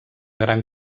gran